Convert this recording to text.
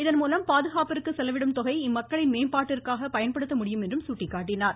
இதன் மூலம் பாதுகாப்பிற்கு செலவிடும் தொகை இம்மக்களின் மேம்பாட்டிற்காக பயன்படுத்த முடியும் என்றும் சுட்டிக்காட்டினார்